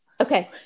okay